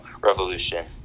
Revolution